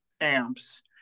amps